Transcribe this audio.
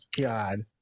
God